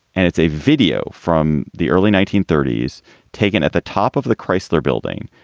and it's a video from the early nineteen thirty s taken at the top of the chrysler building.